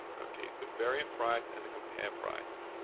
okay, the variant price and the compare price.